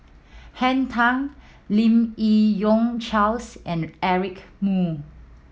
Henn Tan Lim Yi Yong Charles and Eric Moo